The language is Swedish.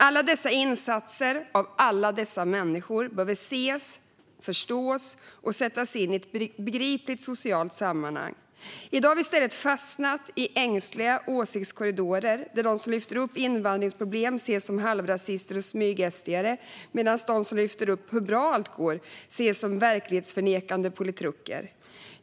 Alla dessa insatser av alla dessa människor behöver ses, förstås och sättas in i ett begripligt socialt sammanhang. I dag har vi i stället fastnat i ängsliga åsiktskorridorer där de som lyfter upp invandringsproblemen ses som halvrasister och smyg-SD:are medan de som lyfter upp hur bra allt går ses som verklighetsförnekande politruker.